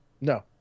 No